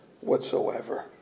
whatsoever